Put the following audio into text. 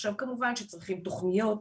עכשיו כמובן שצריכים תוכניות,